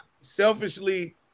selfishly